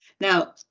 Now